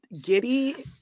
giddy